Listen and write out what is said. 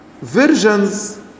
versions